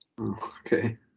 Okay